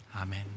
amen